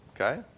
okay